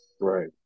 Right